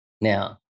Now